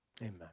amen